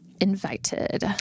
invited